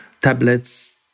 tablets